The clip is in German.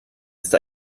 ist